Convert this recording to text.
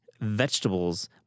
vegetables